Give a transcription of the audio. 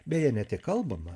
beje ne tik kalbama